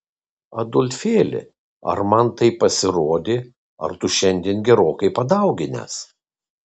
adolfėli ar man taip pasirodė ar tu šiandien gerokai padauginęs